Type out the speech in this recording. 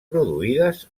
produïdes